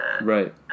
Right